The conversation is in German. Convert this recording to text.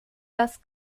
das